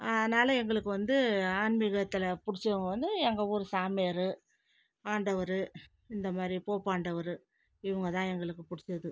அதனால் எங்களுக்கு வந்து ஆன்மிகத்தில் பிடிச்சவுங்க வந்து எங்கள் ஊர் சாமியார் ஆண்டவர் இந்தமாதிரி போப்பாண்டவர் இவங்க தான் எங்களுக்கு பிடிச்சது